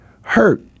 hurt